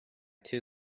two